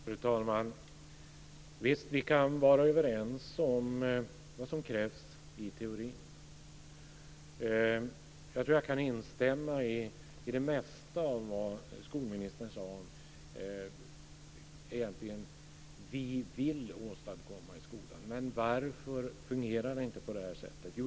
Fru talman! Visst, vi kan vara överens om vad som krävs i teorin. Jag tror att jag kan instämma i det mesta av vad skolministern sade om vad vi vill åstadkomma i skolan, men varför fungerar det inte på det här sättet?